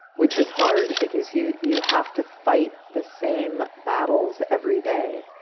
which is hard because you you have to fight the same battles every day,